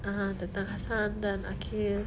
ah tentang hassan dan aqil